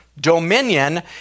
dominion